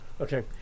Okay